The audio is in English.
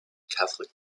catholic